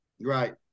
Right